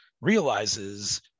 realizes